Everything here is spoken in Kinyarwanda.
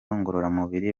ngororamubiri